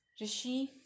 Rishi